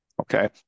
okay